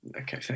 okay